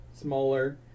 smaller